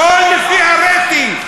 הכול לפי הרייטינג.